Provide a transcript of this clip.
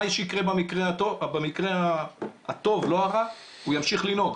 מה שיקרה במקרה הטוב ולא הרע זה שהוא ימשיך לנהוג,